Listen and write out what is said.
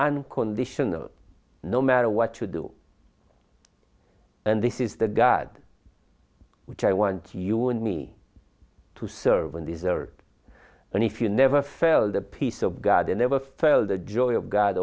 unconditionally no matter what you do and this is the god which i want you and me to serve and desert and if you never fail the peace of god and never felt the joy of g